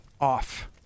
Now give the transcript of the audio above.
off